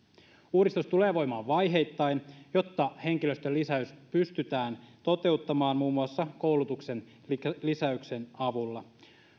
uudistus tulee voimaan vaiheittain jotta henkilöstön lisäys pystytään toteuttamaan muun muassa koulutuksen lisäyksen avulla